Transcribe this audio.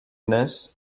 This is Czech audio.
dnes